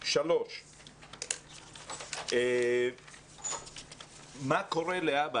3. מה קורה להבא?